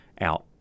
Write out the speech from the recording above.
out